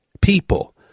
people